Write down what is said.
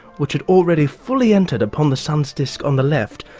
which had already fully entered upon the sun's disc on the left,